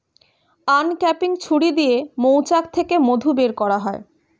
uncapping ছুরি দিয়ে মৌচাক থেকে মধু বের করা হয়